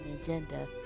agenda